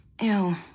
Ew